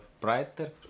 brighter